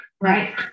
right